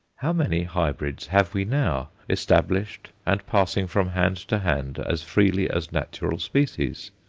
how many hybrids have we now, established, and passing from hand to hand as freely as natural species?